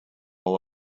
all